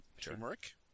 turmeric